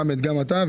חמד גם אתה,